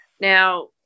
Now